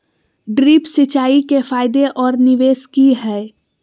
Drip सिंचाई के फायदे और निवेस कि हैय?